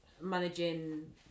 managing